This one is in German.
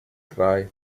drei